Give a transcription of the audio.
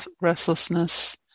restlessness